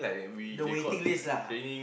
the waiting list lah